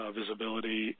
visibility